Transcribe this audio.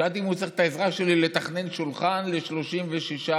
שאלתי אם הוא צריך את העזרה שלי לתכנן שולחן ל-36 שרים.